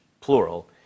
plural